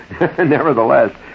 nevertheless